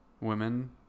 women